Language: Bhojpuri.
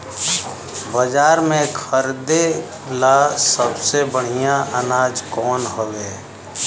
बाजार में खरदे ला सबसे बढ़ियां अनाज कवन हवे?